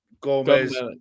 Gomez